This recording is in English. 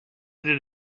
did